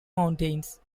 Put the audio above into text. mountains